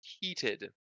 heated